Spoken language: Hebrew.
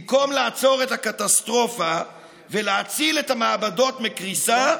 במקום לעצור את הקטסטרופה ולהציל את המעבדות מקריסה,